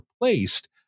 replaced